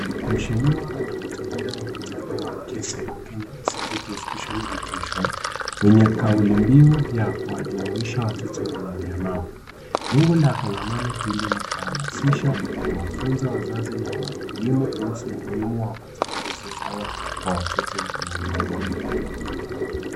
Mheshiwa anahutubia mkutano wa KISE, Kenya Institute of Special Education, wenye kauli mbiu ya kuwajumuisha watoto wenye ulemavu. Lengo la kongomano hii ni kuhamasisha, kuwafunza wazazi na walimu kuhusu kutafuta usawa kwa watoto wenye ulemavu.